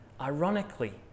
ironically